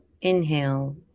inhale